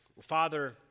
Father